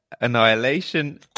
annihilation